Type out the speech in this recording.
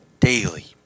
daily